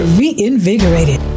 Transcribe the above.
reinvigorated